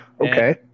Okay